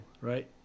right